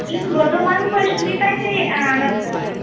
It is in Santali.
ᱤᱧ ᱵᱚᱨᱫᱷᱚᱢᱟᱱ ᱠᱷᱚᱡ ᱥᱩᱢᱤᱛᱟᱧ ᱞᱟᱹᱭᱮᱫᱟ ᱰᱟᱠᱛᱟᱨ